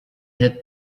had